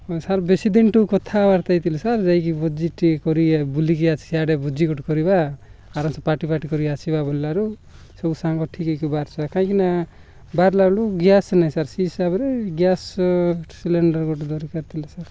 ହଁ ସାର୍ ବେଶୀ ଦିନଠୁ କଥାବାର୍ତ୍ତା ହୋଇଥିଲୁ ସାର୍ ଯାଇକି ଭୋଜି ଟିକେ କରି ବୁଲିକି ସେଆଡ଼େ ଭୋଜି ଗୋଟେ କରିବା ଆରାମସେ ପାର୍ଟି ଫାର୍ଟି କରିକି ଆସିବା ବଲାରୁ ସବୁ ସାଙ୍ଗ ଠିକ୍ ହୋଇକି ବାହାରିଛୁ ସାର୍ କାହିଁକିନା ବାହାରିଲା ବେଳକୁ ଗ୍ୟାସ୍ ନାହିଁ ସାର୍ ସେ ହିସାବରେ ସାର୍ ସିଲିଣ୍ଡର୍ ଗୋଟେ ଦରକାର ଥିଲା ସାର୍